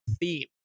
theme